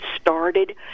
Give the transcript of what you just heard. started